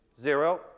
Zero